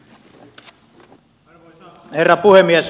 arvoisa herra puhemies